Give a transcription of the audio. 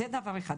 זה דבר אחד.